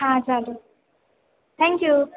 હા સારું thank you